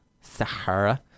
Sahara